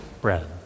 bread